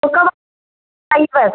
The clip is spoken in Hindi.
तो कब आई बस